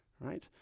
Right